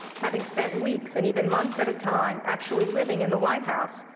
having spent weeks and even months at a time actually living in the white house,